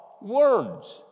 words